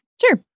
Sure